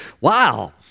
Wow